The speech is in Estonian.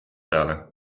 peale